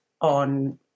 on